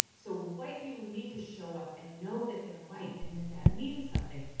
so white people need to show up and know that they're white, and that that means something.